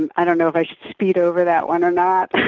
and i don't know if i should speed over that one or not.